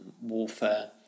warfare